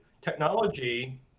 Technology